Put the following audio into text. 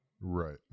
Right